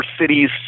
cities